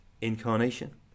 incarnation